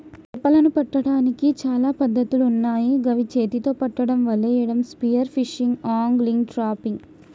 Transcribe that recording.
చేపలను పట్టడానికి చాలా పద్ధతులున్నాయ్ గవి చేతితొ పట్టడం, వలేయడం, స్పియర్ ఫిషింగ్, ఆంగ్లిగ్, ట్రాపింగ్